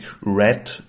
red